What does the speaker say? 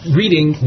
reading